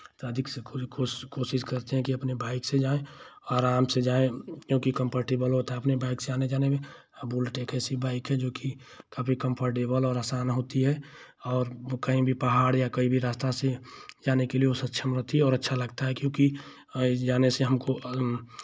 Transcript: तो अधिक स कोशिश करते हैं कि अपने बाइक से जाएं आराम से जाएं क्योंकि कंफर्टेबल होता है अपने बाइक से आने जाने में आ बुलेट ऐसी बाइक है जो कि काफी कंफर्टेबल और आसान होती है और कहीं भी पहाड़ या कहीं भी रास्ता से जाने के लिए वो सक्षम होती है और अच्छा लगता है क्योंकि जाने से हमको